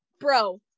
bro